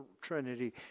Trinity